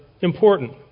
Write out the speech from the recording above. important